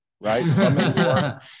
right